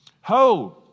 Ho